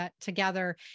together